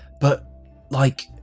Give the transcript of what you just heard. but like.